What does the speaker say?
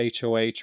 HOH